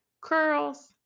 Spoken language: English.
curls